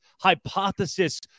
Hypothesis